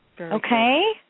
okay